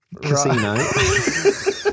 Casino